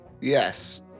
Yes